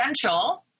essential